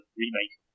remake